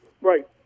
Right